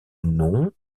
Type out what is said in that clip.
nom